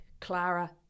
Clara